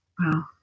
Wow